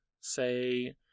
say